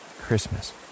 Christmas